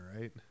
right